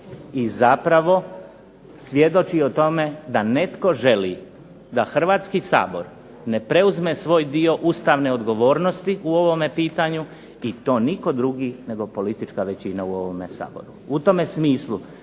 i zapravo svjedoči o tome da netko želi da Hrvatski sabor ne preuzme svoj dio ustavne odgovornosti u ovome pitanju i to nitko drugi nego politička većina u ovome saboru.